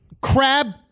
crab